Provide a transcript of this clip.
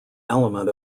element